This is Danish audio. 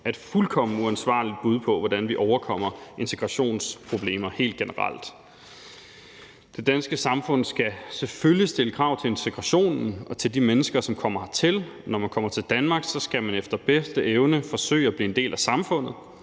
er et fuldkommen uansvarligt bud på, hvordan vi kan overkomme integrationsproblemer helt generelt. Det danske samfund skal selvfølgelig stille krav til integrationen og til de mennesker, som kommer hertil. Når man kommer til Danmark, skal man efter bedste evne forsøge at blive en del af samfundet.